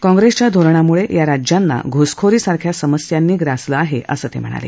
कॉंग्रेसच्या धोरणामुळं या राज्यांना घुसखोरी सारख्या समस्यांनी ग्रासलं आहे असं ते म्हणाले